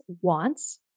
wants